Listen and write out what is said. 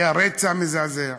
היה רצח מזעזע.